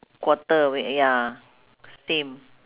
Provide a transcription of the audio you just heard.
quarter wait ya same